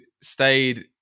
stayed